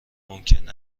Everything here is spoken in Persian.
ممکن